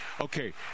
Okay